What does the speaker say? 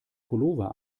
pullover